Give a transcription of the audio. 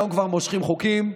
היום כבר מושכים חוקים.